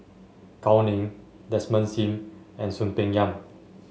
Gao Ning Desmond Sim and Soon Peng Yam